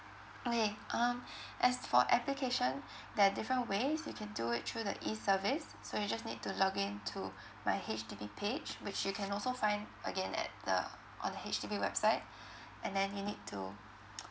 okay um as for application there're different ways you can do it through the e service so you just need to login to my H_D_B page which you can also find again at the on the H_D_B website and then you need to